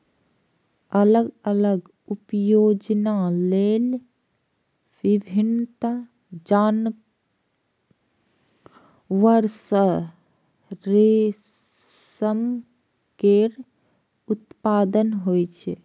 अलग अलग प्रयोजन लेल विभिन्न जानवर सं रेशम केर उत्पादन होइ छै